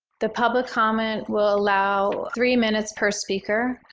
the public comment will allow three minutes per speaker.